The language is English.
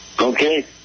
Okay